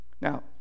Now